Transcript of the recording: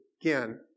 Again